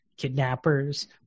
kidnappers